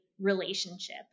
relationship